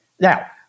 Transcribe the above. now